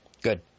good